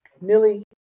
Millie